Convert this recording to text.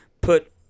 put